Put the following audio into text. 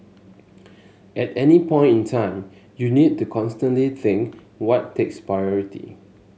at any point in time you need to constantly think what takes priority